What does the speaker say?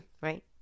Right